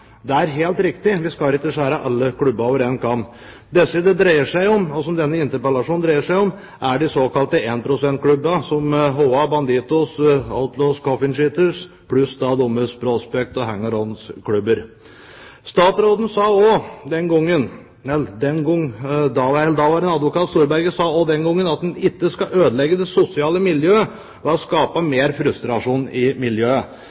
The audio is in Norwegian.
Det er helt riktig; vi skal ikke skjære alle klubber over én kam. De det dreier seg om, og som denne interpellasjonen dreier seg om, er de såkalte én-prosent-klubbene, som HA, Bandidos, Outlaws, Coffin Cheaters pluss deres prospect- og hangaround-klubber. Daværende advokat Storberget sa også den gangen at en ikke skal ødelegge det sosiale miljøet ved å skape mer frustrasjon i miljøet.